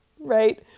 right